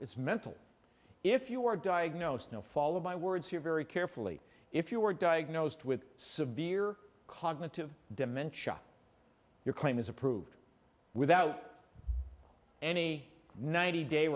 it's mental if you are diagnosed know followed by words you very carefully if you are diagnosed with severe cognitive dementia your claim is approved without any ninety day